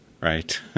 right